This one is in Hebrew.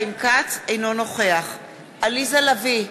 אינו נוכח עליזה לביא,